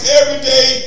everyday